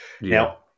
Now